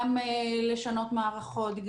גם לשנות מערכות,